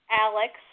Alex